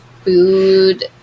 food